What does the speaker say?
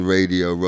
Radio